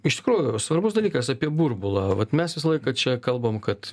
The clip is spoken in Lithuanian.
iš tikrųjų svarbus dalykas apie burbulą vat mes visą laiką čia kalbam kad